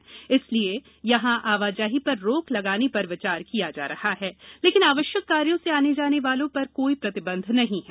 हालाकिं इसलिए यहां आवाजाही पर रोक लगाने पर विचार किया जा रहा है लेकिन आवश्यक कार्यो से आने जाने वालों पर कोई प्रतिबंध नहीं है